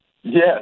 Yes